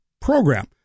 program